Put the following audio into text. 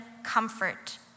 comfort